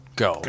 go